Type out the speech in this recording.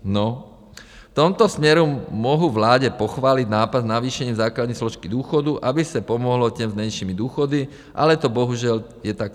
V tomto směru mohu vládě pochválit nápad s navýšením základní složky důchodu, aby se pomohlo těm s menšími důchody, ale to bohužel je tak vše.